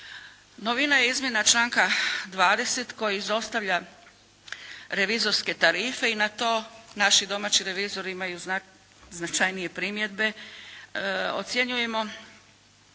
Novina je izmjena članka 20. koji izostavlja revizorske tarife i na to naši domaći revizori imaju značajnije primjedbe. Ocjenjujemo